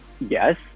Yes